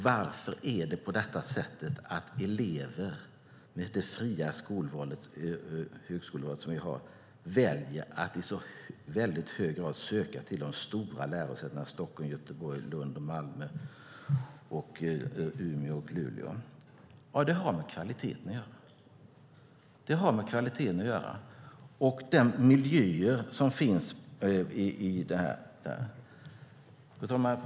Varför väljer elever med det fria högskoleval som vi har att i så väldigt hög grad söka till de stora lärosätena Stockholm, Göteborg, Lund, Malmö, Umeå och Luleå? Det har med kvaliteten att göra, och de miljöer som finns. Fru talman!